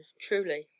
truly